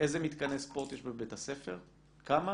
איזה מתקני ספורט יש בבית הספר, כמה